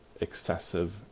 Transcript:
excessive